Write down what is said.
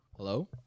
hello